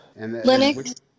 Linux